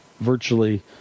virtually